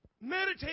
Meditate